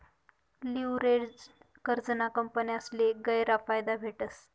leveraged कर्जना कंपन्यासले गयरा फायदा भेटस